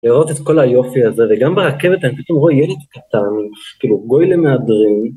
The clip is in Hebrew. לראות את כל היופי הזה, וגם ברכבת אני פתאום רואה ילד קטן, כאילו גוי למהדרין.